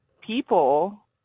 people